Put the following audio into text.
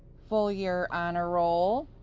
full year honor roll,